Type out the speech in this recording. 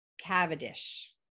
Cavendish